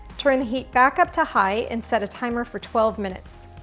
turn the heat back up to high and set a timer for twelve minutes.